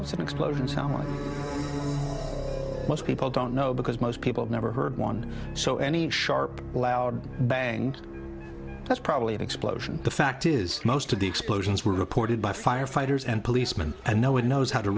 was an explosion sound like most people don't know because most people never heard one so any sharp loud bang and that's probably an explosion the fact is most of the explosions were reported by firefighters and policemen and no one knows how to